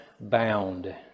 bound